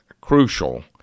crucial